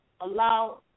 allow